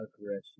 Aggression